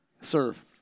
Serve